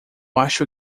acho